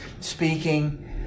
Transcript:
speaking